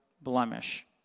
blemish